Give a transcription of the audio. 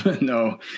no